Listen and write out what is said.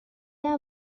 are